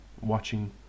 watching